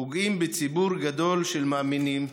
פוגעים בציבור גדול של מאמינים,